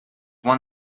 one